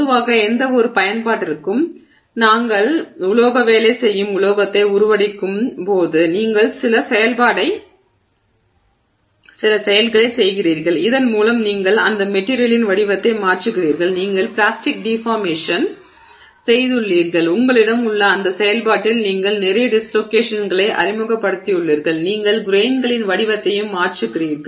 பொதுவாக எந்தவொரு பயன்பாட்டிற்கும் நாங்கள் உலோக வேலை செய்யும் உலோகத்தை உருவடிக்கும் போது நீங்கள் சில செயல்களைச் செய்கிறீர்கள் இதன் மூலம் நீங்கள் அந்த மெட்டிரியலின் வடிவத்தை மாற்றுகிறீர்கள் நீங்கள் பிளாஸ்டிக் டிஃபார்மேஷன் செய்துள்ளீர்கள் உங்களிடம் உள்ள அந்த செயல்பாட்டில் நீங்கள் நிறைய டிஸ்லோகேஷன்களை அறிமுகப்படுத்தியுள்ளீர்கள் நீங்கள் கிரெய்ன்களின் வடிவத்தையும் மாற்றுகிறீர்கள்